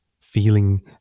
feeling